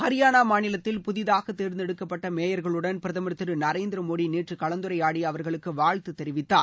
ஹரியானா மாநிலத்தில் புதிதாக தேர்ந்தெடுக்கப்பட்ட மேயர்களுடன் பிரதமர் திரு நரேந்திர மோடி நேற்று கலந்துரையாடி அவர்களுக்கு வாழ்த்து தெரிவித்தார்